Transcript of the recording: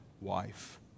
wife